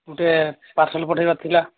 ଗୋଟିଏ ପାର୍ସଲ ପଠେଇବାର ଥିଲା